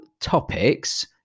topics